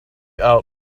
out